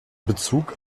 bezug